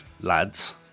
lads